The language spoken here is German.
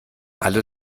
alle